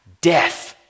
Death